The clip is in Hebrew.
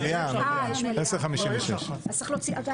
אשמח להסביר.